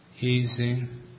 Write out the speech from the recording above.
easing